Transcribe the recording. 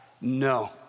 no